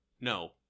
No